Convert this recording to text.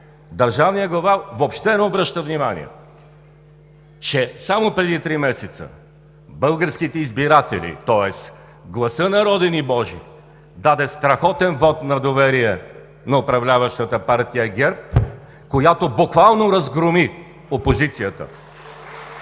държавният глава въобще не обръща внимание, че само преди три месеца българските избиратели, тоест гласът народен и божи даде страхотен вот на доверие на управляващата партия ГЕРБ, която буквално разгроми опозицията.